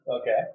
Okay